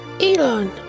elon